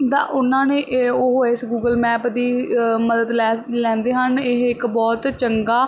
ਦਾ ਉਹਨਾਂ ਨੇ ਇਹ ਉਹ ਇਸ ਗੂਗਲ ਮੈਪ ਦੀ ਅ ਮਦਦ ਲੈ ਲੈਂਦੇ ਹਨ ਇਹ ਇੱਕ ਬਹੁਤ ਚੰਗਾ